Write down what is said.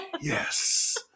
yes